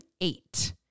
eight